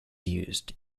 used